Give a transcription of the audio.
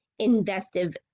investive